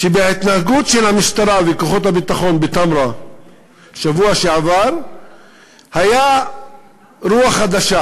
שבהתנהגות של המשטרה וכוחות הביטחון בתמרה בשבוע שעבר הייתה רוח חדשה,